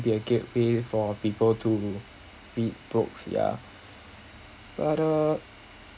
be a gateway for people to be read books yeah but uh